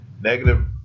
negative